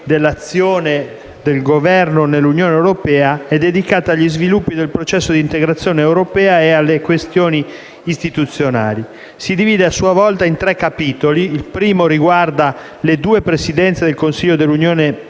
dell'azione del Governo nell'Unione europea, è dedicata agli sviluppi del processo di integrazione europea e alle questioni istituzionali. Si divide a sua volta in tre capitoli: il primo riguarda le due Presidenze del Consiglio dell'Unione europea,